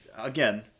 again